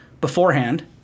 beforehand